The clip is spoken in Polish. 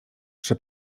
trzy